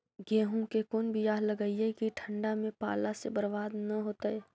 गेहूं के कोन बियाह लगइयै कि ठंडा में पाला से बरबाद न होतै?